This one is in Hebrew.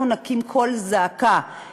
אנחנו נקים קול זעקה, תודה.